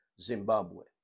Zimbabwe